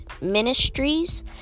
ministries